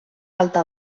alta